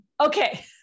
okay